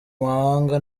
mahanga